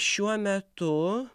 šiuo metu